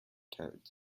toads